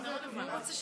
מה זה,